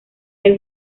del